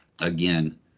again